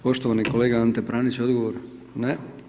Poštovani kolega Ante Pranić, odgovor, ne.